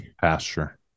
Pasture